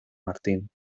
martín